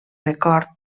record